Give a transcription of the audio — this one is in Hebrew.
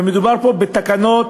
ומדובר פה בתקנות